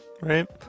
Right